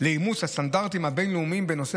לאימוץ הסטנדרטים הבין-לאומיים בנושא